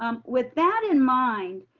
um with that in mind,